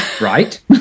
right